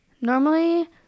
normally